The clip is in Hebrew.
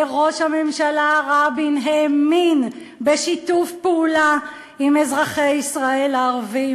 וראש הממשלה רבין האמין בשיתוף פעולה עם אזרחי ישראל הערבים.